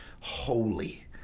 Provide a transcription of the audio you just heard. holy